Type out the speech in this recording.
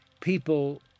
people